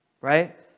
right